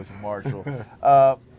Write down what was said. Marshall